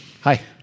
Hi